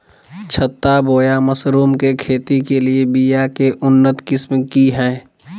छत्ता बोया मशरूम के खेती के लिए बिया के उन्नत किस्म की हैं?